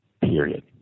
Period